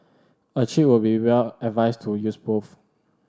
a cheat would be well advised to use both